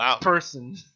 person